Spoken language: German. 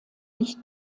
licht